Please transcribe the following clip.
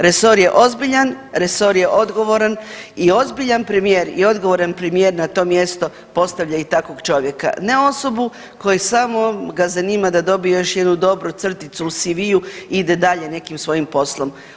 Resor je ozbiljan, resor je odgovaran i ozbiljan premijer i odgovoran premijer na to mjesto postavlja i takvog čovjeka, ne osobu koji samo ga zanima da dobije još jednu crticu u CV-u i ide dalje nekim svojim poslom.